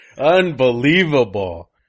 Unbelievable